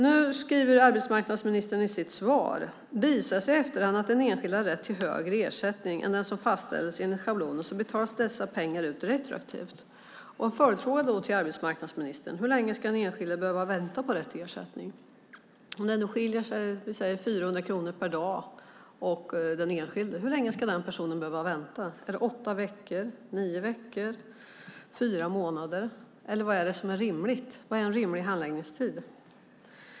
Nu skriver arbetsmarknadsministern i sitt svar: "Visar det sig i efterhand att den enskilde hade rätt till en högre ersättning än den som fastställts enligt schablonen betalas dessa pengar ut retroaktivt." En följdfråga till arbetsmarknadsministern blir då: Hur länge ska den enskilde behöva vänta på rätt ersättning? Om det skiljer 400 kronor per dag för den enskilde, hur länge ska den personen behöva vänta? Är det åtta veckor, nio veckor eller fyra månader? Vad är rimligt? Vad är en rimlig handläggningstid?